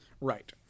Right